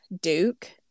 Duke